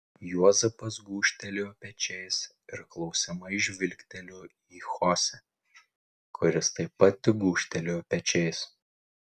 juozapas gūžtelėjo pečiais ir klausiamai žvilgtelėjo į chose kuris taip pat tik gūžtelėjo pečiais